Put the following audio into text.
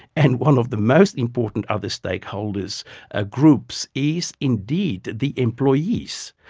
and one of the most important other stakeholders ah groups is indeed the employees.